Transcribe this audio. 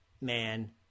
man